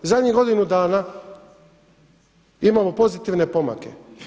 Zadnjih godinu dana imamo pozitivne pomake.